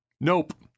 nope